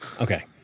Okay